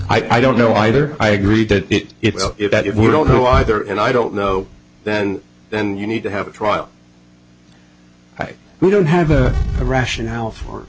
know i don't know either i agree that it is that if we don't know either and i don't know then then you need to have a trial i don't have a rationale for